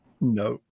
No